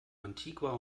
antigua